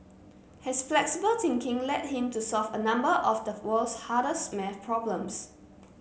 his flexible thinking led him to solve a number of the world's hardest math problems